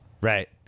Right